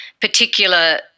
particular